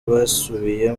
basubiye